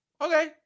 okay